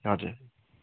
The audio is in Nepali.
हजुर